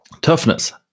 Toughness